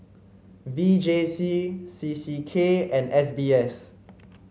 V J C C C K and S B S